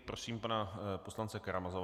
Prosím pana poslance Karamazova.